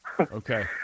Okay